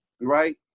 right